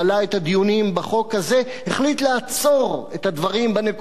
בחוק הזה החליט לעצור את הדברים בנקודה הזאת,